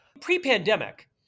pre-pandemic